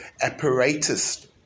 apparatus